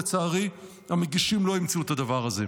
לצערי המגישים לא אימצו את הדבר הזה.